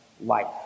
life